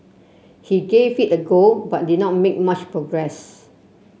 he gave it a go but did not make much progress